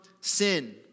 sin